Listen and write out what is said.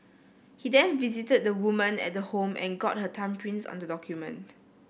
he then visited the woman at the home and got her thumbprints on the document